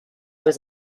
was